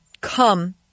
come